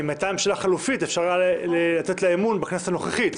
אם הייתה ממשלה חלופית אפשר היה לתת לה אמון בכנסת הנוכחית.